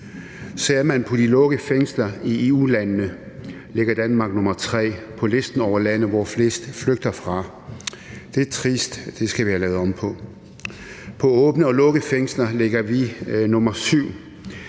Ser man på de lukkede fængsler i EU-landene, så ligger Danmark som nr. 3 på listen over lande, hvor flest flygter – det er trist, og det skal vi have lavet om på. Ser man på både åbne og lukkede fængsler, ligger vi nr.